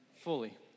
fully